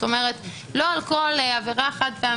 זאת אומרת: לא על כל עבירה חד-פעמית,